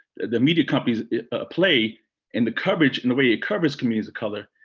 the media companies ah play in the coverage in the way it covers communities of color,